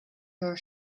your